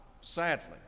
sadly